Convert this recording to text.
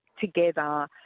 together